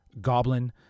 goblin